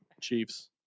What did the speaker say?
Chiefs